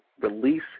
release